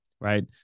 right